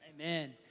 Amen